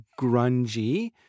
grungy